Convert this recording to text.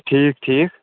ٹھیٖک ٹھیٖک